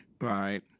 right